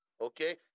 okay